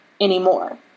anymore